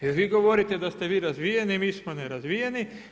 Jer vi govorite da ste vi razvijeni, mi smo nerazvijeni.